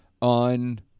on